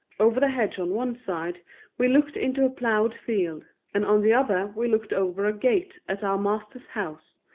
over the hedge on one side we looked into a plowed field, and on the other we looked over a gate at our master's house,